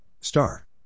Star